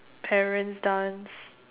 parents dance